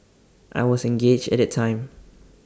I was engaged at that time